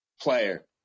player